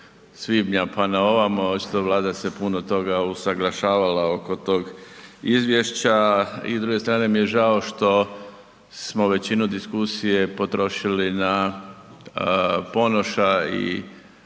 svibnja pa na ovamo, što Vlada se puno toga usuglašavala oko tog izvješća i s druge strane mi je žao što smo većinu diskusije potrošili na Ponoša i